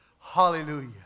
Hallelujah